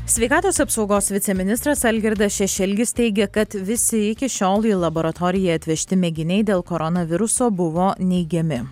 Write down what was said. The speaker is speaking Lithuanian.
sveikatos apsaugos viceministras algirdas šešelgis teigia kad visi iki šiol į laboratoriją atvežti mėginiai dėl koronaviruso buvo neigiami